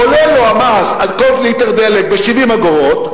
עולה לו המס על כל ליטר דלק ב-70 אגורות,